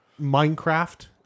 Minecraft